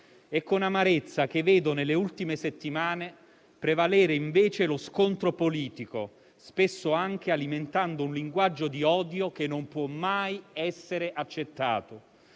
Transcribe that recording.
È con amarezza che vedo nelle ultime settimane prevalere invece lo scontro politico, spesso anche alimentando un linguaggio di odio che non può mai essere accettato.